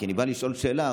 אני בא לשאול שאלה.